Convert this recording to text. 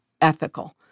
ethical